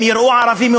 הם יראו יותר ערבים,